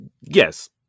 Yes